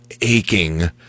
aching